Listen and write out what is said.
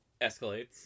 escalates